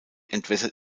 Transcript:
entwässert